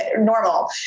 normal